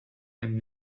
and